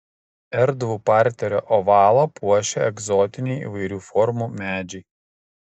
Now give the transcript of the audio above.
erdvų parterio ovalą puošia egzotiniai įvairių formų medžiai